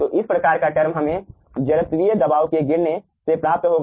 तो इस प्रकार का टर्म हमें जड़त्वीय दबाव के गिरने से प्राप्त होगा